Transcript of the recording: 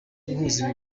guhuza